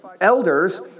elders